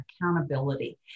accountability